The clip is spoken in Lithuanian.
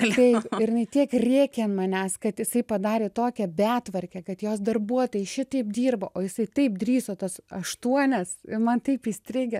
kalbėjo jinai tiek rėkia manęs kad jisai padarė tokią betvarkę kad jos darbuotojai šitaip dirbo o jisai taip drįso tas aštuonias man taip įstrigę